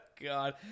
god